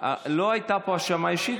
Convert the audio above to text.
לא הייתה פה האשמה אישית,